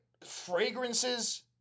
fragrances